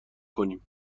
کنیم